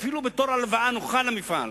אפילו בתור הלוואה נוחה למפעל.